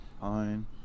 Fine